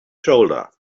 shoulder